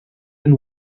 and